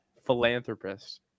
philanthropist